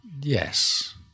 Yes